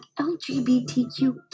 lgbtq